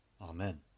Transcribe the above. Amen